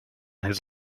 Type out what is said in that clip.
his